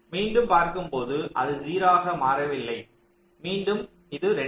மீண்டும் பார்க்கும் போது அது 0 ஆக மாறவில்லை மீண்டும் இது 2